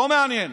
לא מעניין.